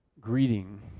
greeting